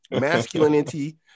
masculinity